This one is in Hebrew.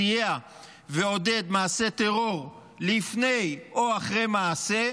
סייע ועודד מעשה טרור לפני או אחרי מעשה,